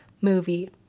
movie